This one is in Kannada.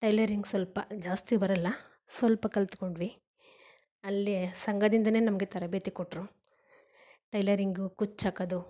ಟೈಲರಿಂಗ್ ಸ್ವಲ್ಪ ಜಾಸ್ತಿ ಬರಲ್ಲ ಸ್ವಲ್ಪ ಕಲಿತ್ಕೊಂಡ್ವಿ ಅಲ್ಲೇ ಸಂಘದಿಂದಲೇ ನಮಗೆ ತರಬೇತಿ ಕೊಟ್ಟರು ಟೈಲರಿಂಗು ಕುಚ್ಚು ಹಾಕದು